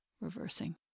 reversing